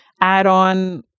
add-on